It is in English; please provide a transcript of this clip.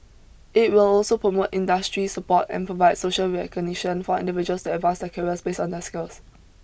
it will also promote industry support and provide social recognition for individuals to advance their careers based on their skills